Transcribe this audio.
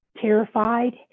terrified